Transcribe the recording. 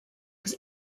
was